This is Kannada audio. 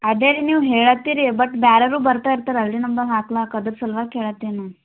ಅದೇ ರೀ ನೀವು ಹೇಳತ್ತೀರಿ ಬಟ್ ಬೇರೆ ಅವರು ಬರ್ತಾ ಇರ್ತಾರೆ ಅಲ್ರಿ ನಮ್ದು ಹಾಕ್ಲಾಕೆ ಅದ್ರ ಸಲ್ವಾಗಿ ಕೇಳಾತ್ತೀನಿ ನಾನು